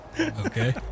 Okay